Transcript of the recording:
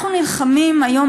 אנחנו נלחמים היום,